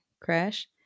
crash